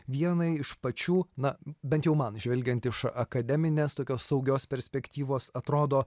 vienai iš pačių na bent jau man žvelgiant iš akademinės tokios saugios perspektyvos atrodo